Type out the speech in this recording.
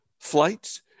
flights